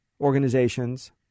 organizations